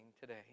today